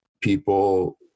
people